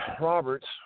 Roberts